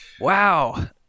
Wow